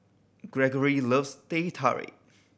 Greggory loves Teh Tarik